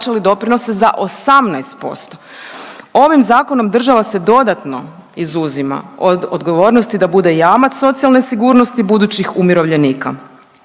doprinose za 18%. Ovim zakonom država se dodatno izuzima od odgovornosti da bude jamac socijalne sigurnosti budućih umirovljenika.